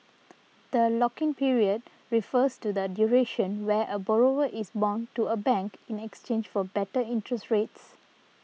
the lock in period refers to the duration where a borrower is bound to a bank in exchange for better interest rates